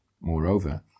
moreover